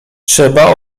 trzeba